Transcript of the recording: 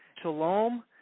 Shalom